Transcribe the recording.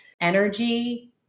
energy